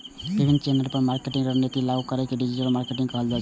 विभिन्न चैनल पर मार्केटिंग रणनीति के लागू करै के डिजिटल मार्केटिंग कहल जाइ छै